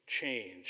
change